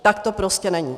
Tak to prostě není.